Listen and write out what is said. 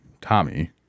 Tommy